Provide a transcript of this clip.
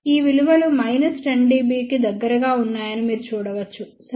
ఈ విలువలు minus 10 dB కి దగ్గరగా ఉన్నాయని మీరు చూడవచ్చు సరే